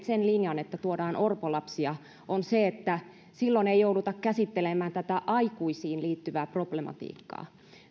sen linjan että tuodaan orpolapsia on se että silloin ei jouduta käsittelemään tätä aikuisiin liittyvää problematiikkaa